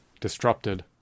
disrupted